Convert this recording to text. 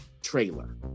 trailer